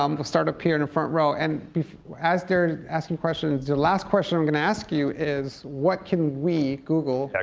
um we'll start up here in front row, and as they are asking questions the last question i'm going to ask you is what can we, google, yeah